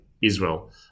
Israel